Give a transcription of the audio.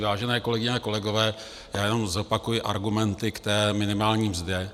Vážené kolegyně a kolegové, já jenom zopakuji argumenty k té minimální mzdě.